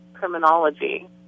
criminology